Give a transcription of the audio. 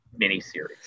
miniseries